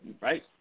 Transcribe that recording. right